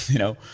you know.